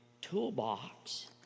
toolbox